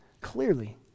clearly